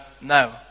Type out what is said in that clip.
no